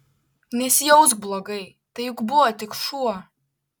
nesijausk blogai tai juk buvo tik šuo